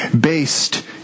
based